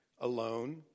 alone